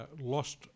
lost